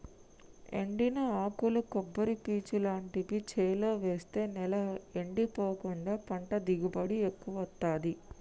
ఎండిన ఆకులు కొబ్బరి పీచు లాంటివి చేలో వేస్తె నేల ఎండిపోకుండా పంట దిగుబడి ఎక్కువొత్తదీ